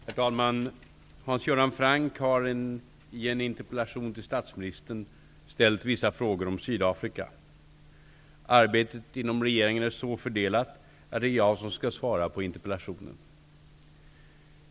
Herr talman! Hans Göran Franck har i en interpellation till statsministern ställt vissa frågor om Sydafrika. Arbetet inom regeringen är så fördelat att det är jag som skall svara på interpellationen.